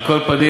כל פנים,